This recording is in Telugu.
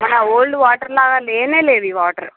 ఓల్డ్ వాటర్ లాగ లేనే లేవు ఈ వాటర్